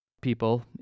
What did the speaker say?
people